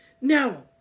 No